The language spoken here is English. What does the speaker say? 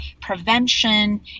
prevention